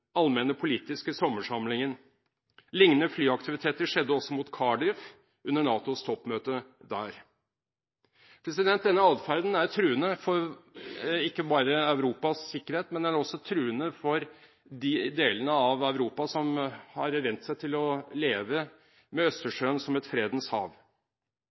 allmenne politiske sommersamlingen. Lignende flyaktiviteter skjedde også mot Cardiff under NATOs toppmøte der. Denne adferden er truende ikke bare for Europas sikkerhet, men den er også truende for de delene av Europa som har vendt seg til å leve med Østersjøen som et fredens hav